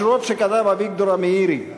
השורות שכתב אביגדור המאירי,